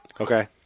Okay